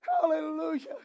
hallelujah